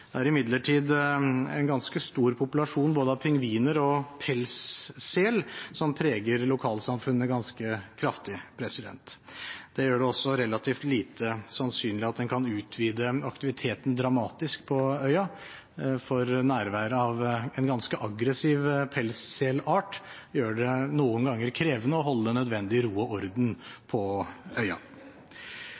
Det er imidlertid en ganske stor populasjon av både pingviner og pelssel som preger lokalsamfunnet ganske kraftig. Det gjør det også relativt lite sannsynlig at en kan utvide aktiviteten på øya dramatisk, for nærværet av en ganske aggressiv pelsselart gjør det noen ganger krevende å holde nødvendig ro og orden på øya.